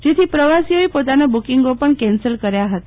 જેથી પ્રવાસીઓએ પોતાના બુકિંગો પણ કેન્સલ કર્યા હતા